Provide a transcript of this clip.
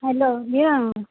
hello औ